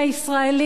אנחנו זוכרים,